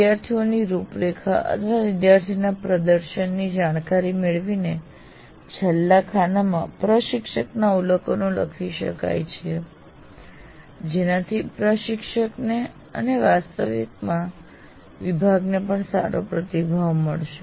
વિદ્યાર્થીઓની રૂપરેખા અથવા વિદ્યાર્થીના પ્રદર્શનની જાણકારી મેળવીને છેલ્લા ખાનામાં પ્રશિક્ષકના અવલોકનો લખી શકાય છે જેનાથી પ્રશિક્ષકને અને વાસ્તવમાં વિભાગને પણ સારો પ્રતિભાવ મળશે